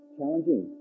Challenging